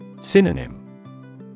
Synonym